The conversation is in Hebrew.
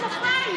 כפיים?